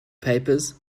papers